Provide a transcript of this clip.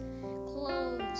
clothes